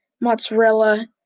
Mozzarella